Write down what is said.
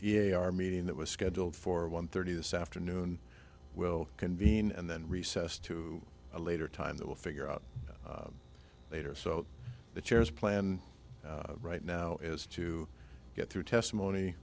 our meeting that was scheduled for one thirty this afternoon will convene and then recess to a later time they will figure out later so the chairs plan right now is to get through testimony